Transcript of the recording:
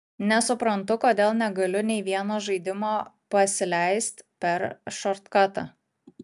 nesuprantu kodėl negaliu nei vieno žaidimo pasileist per šortkatą